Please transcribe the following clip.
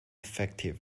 effective